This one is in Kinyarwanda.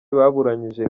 baburanye